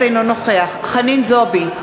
אינו נוכח חנין זועבי,